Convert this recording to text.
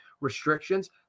restrictions